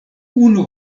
unu